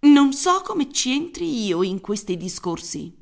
non so come ci entri io in questi discorsi